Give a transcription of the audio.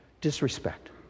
disrespect